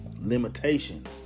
limitations